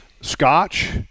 Scotch